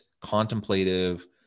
contemplative